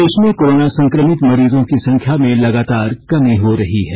प्रदेश में कोरोना संक्रमित मरीजों की संख्या में लगातार कमी आ रही है